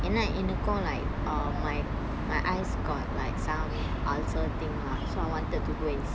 என்னா எனக்கும்:enna enakkum like uh my my eyes got like some ulcer thing so I wanted to go and see